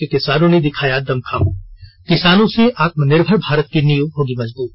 के किसानों ने दिखाया दमखम किसानों से आत्मनिर्भर भारत की नींव होगी मजबूत